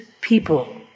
people